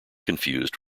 confused